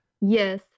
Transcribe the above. Yes